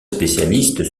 spécialistes